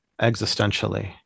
existentially